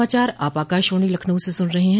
यह समाचार आप आकाशवाणी लखनऊ से सुन रहे हैं